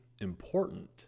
important